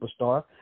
superstar